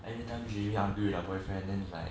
every jamie angry with the boyfriend then it's like